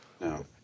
No